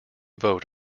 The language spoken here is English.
vote